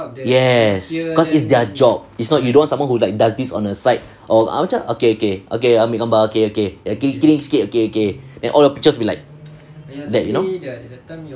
yes cause is their job is not you want someone who like does this on the side oh macam okay okay okay ambil gambar okay okay kiri kiri sikit okay okay then all the pictures will be like like you know